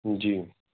جی